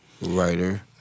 writer